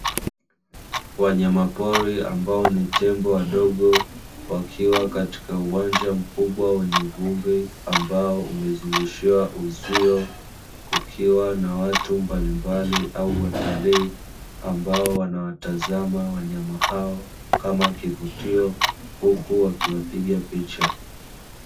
Wanyamapori ambao ni tembo wadogo, wakiwa katika uwanja mkubwa wenye vumbi, ambao umezungushiwa uzio kukiwa na watu mbalimbali au watalii ambao wanawatazama wanyama hao kama kivutio huku wakiwapiga picha.